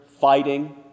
fighting